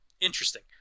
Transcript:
Interesting